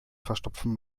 verstopfen